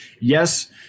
yes